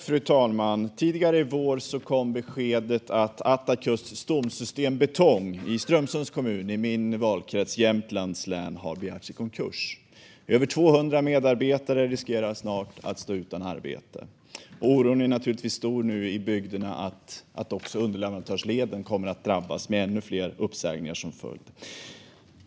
Fru talman! Tidigare i våras kom beskedet att Attacus Stomsystem Betong i Strömsunds kommun i min valkrets Jämtlands län har begärts i konkurs. Över 200 medarbetare riskerar att snart stå utan arbete. Oron är naturligtvis stor i bygden för att även underleverantörsleden kommer att drabbas, med ännu fler uppsägningar som följd.